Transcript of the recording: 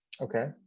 okay